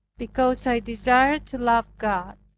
because i desired to love god.